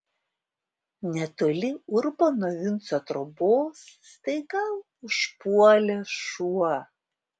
netoli urbono vinco trobos staiga užpuolė šuo